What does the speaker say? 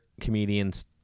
comedians